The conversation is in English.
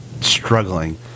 struggling